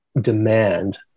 demand